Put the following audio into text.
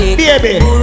baby